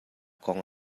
kong